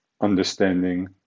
understanding